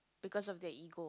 because of their ego